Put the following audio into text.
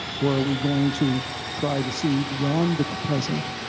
or are we going to try to see beyond the present,